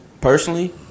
personally